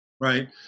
right